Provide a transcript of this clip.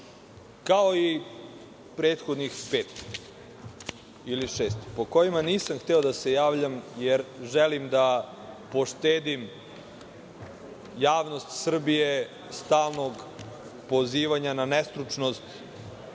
kao i prethodnih pet, šest, po kojima nisam hteo da se javljam jer želim da poštedim javnost Srbije stalnog pozivanja na nestručnost